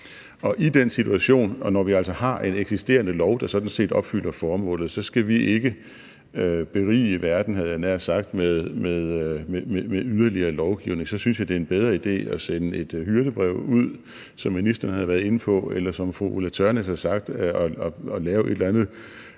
I den situation, og når vi altså har en eksisterende lov, der sådan set opfylder formålet, så skal vi ikke berige verden, havde jeg nær sagt, med yderligere lovgivning. Så synes jeg, det er en bedre idé at sende et hyrdebrev ud, som ministeren har været inde på, eller som fru Ulla Tørnæs har sagt, at lave et eller andet